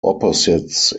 opposites